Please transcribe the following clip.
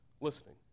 listening